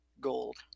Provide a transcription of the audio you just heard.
gold